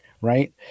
Right